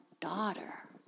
daughter